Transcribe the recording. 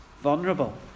vulnerable